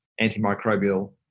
antimicrobial